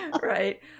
Right